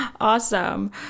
Awesome